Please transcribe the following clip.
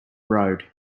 road